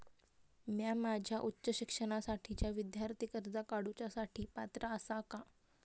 म्या माझ्या उच्च शिक्षणासाठीच्या विद्यार्थी कर्जा काडुच्या साठी पात्र आसा का?